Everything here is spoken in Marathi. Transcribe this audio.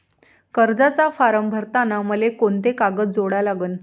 कर्जाचा फारम भरताना मले कोंते कागद जोडा लागन?